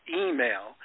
email